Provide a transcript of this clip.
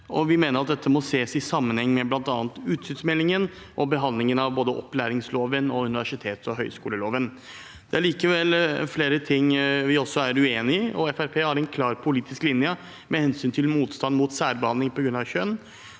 dette må ses i sammenheng med bl.a. ut synsmeldingen og behandlingen av både opplæringsloven og universitets- og høyskoleloven. Det er likevel flere ting vi også er uenig i. Fremskrittspartiet har en klar politisk linje med hensyn til motstand mot særbehandling på grunn av kjønn